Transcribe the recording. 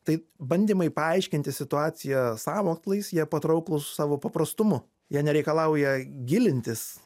tai bandymai paaiškinti situaciją sąmokslais jie patrauklūs savo paprastumu jie nereikalauja gilintis